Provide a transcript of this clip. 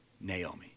Naomi